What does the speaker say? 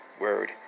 Word